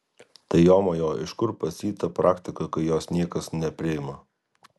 tai jomajo iš kur pas jį ta praktika kai jos niekas nepriima